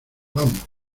vamos